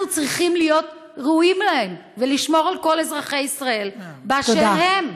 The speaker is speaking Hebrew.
אנחנו צריכים להיות ראויים להם ולשמור על כל אזרחי ישראל באשר הם.